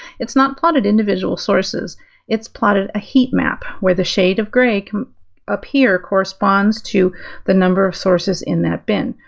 it's not plotted individual sources it's plotted a heat map where the shade of gray up here corresponds to the number of sources in that bin.